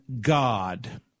God